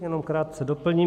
Jenom krátce doplním.